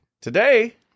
Today